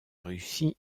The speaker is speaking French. russie